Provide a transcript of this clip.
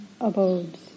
abodes